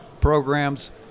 programs